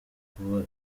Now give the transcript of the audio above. kuba